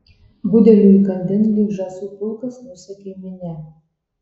budeliui įkandin lyg žąsų pulkas nusekė minia